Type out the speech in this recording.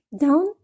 down